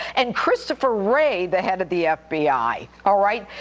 and christopher wray, the head of the fbi. all right.